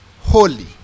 holy